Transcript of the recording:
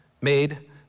made